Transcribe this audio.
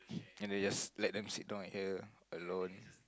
and then you just let them sit down at here alone